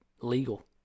legal